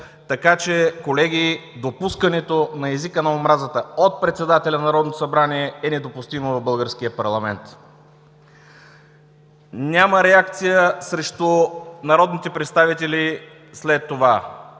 от ГЕРБ. Колеги, допускането на езика на омразата от председателя на Народното събрание е недопустимо в българския парламент. Няма реакция срещу народните представители след това.